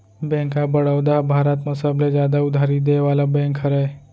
bank of Baroda ह भारत म सबले जादा उधारी देय वाला बेंक हरय